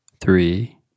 three